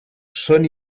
són